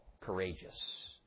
courageous